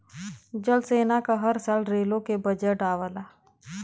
जल सेना क हर साल रेलो के बजट आवला